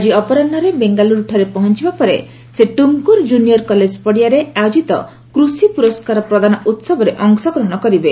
ଆଜି ଅପରାହ୍ନରେ ବେଙ୍ଗାଲୁରୁଠାରେ ପହଞ୍ଚବା ପରେ ସେ ଟୁମ୍କୁର୍ ଜୁନିୟର୍ କଲେଜ ପଡ଼ିଆରେ ଆୟୋକିତ କୃଷି ପୁରସ୍କାର ପ୍ରଦାନ ଉହବରେ ଅଂଶଗ୍ରହଣ କରିବେ